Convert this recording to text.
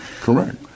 Correct